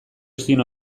ezin